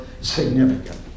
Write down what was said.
significant